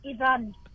Ivan